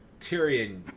Tyrion